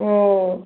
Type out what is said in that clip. ও